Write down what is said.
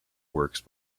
works